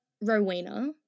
Rowena